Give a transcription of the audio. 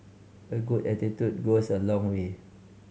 a good attitude goes a long way